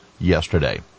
yesterday